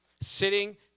sitting